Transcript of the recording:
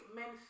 men